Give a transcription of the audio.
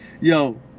Yo